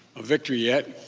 of victory yet,